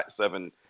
seven